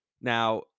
Now